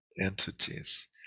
entities